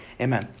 Amen